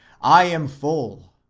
i am full.